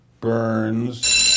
Burns